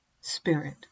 Spirit